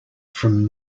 from